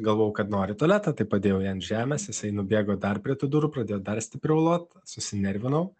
galvojau kad nori į tualetą tai padėjau jį ant žemės jisai nubėgo dar prie tų durų pradėjo dar stipriau lot susinervinau